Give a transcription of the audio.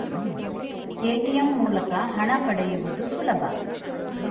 ATM ಮೂಲಕ ಹಣ ಪಡೆಯುವುದು ಸುಲಭ